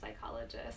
psychologist